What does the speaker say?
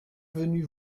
venue